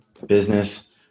business